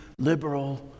liberal